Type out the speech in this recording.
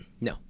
No